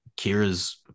Kira's